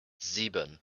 sieben